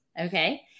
Okay